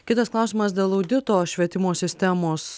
kitas klausimas dėl audito švietimo sistemos